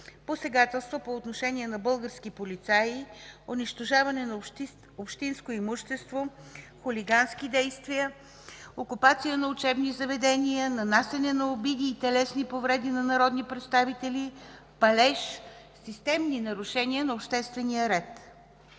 посегателства по отношение на български полицаи, унищожаване на общинско имущество, хулигански действия, окупация на учебни заведения, нанасяне на обиди и телесни повреди на народни представители, палеж, системни нарушения на обществения ред.